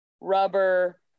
rubber